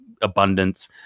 abundance